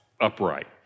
upright